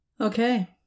Okay